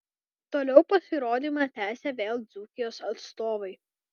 toliau pasirodymą tęsė vėl dzūkijos atstovai